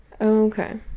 Okay